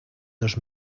dos